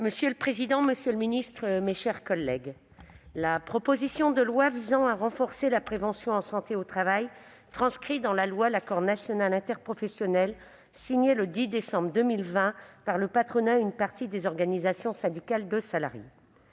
Monsieur le président, monsieur le secrétaire d'État, mes chers collègues, la proposition de loi visant à renforcer la prévention en santé au travail transcrit dans la loi l'ANI signé le 10 décembre 2020 par le patronat et par une partie des organisations syndicales de salariés.